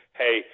hey